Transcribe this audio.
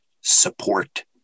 support